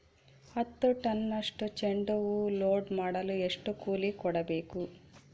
ಹತ್ತು ಟನ್ನಷ್ಟು ಚೆಂಡುಹೂ ಲೋಡ್ ಮಾಡಲು ಎಷ್ಟು ಕೂಲಿ ಕೊಡಬೇಕು?